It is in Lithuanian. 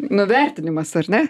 nuvertinimas ar ne